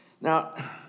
Now